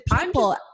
people